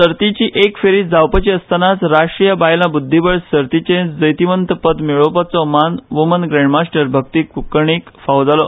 सर्तीची एक फेरी जावपाची आसतनाच राष्ट्रीय बायलां ब्रद्धीबळ सर्तीचे जैतिवंतपद मेळोवपाचो मान वुमन ग्रॅण्डमास्टर भक्ती कुलकर्णीक फावो जालो